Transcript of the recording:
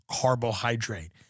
carbohydrate